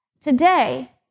Today